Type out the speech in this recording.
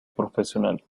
profesional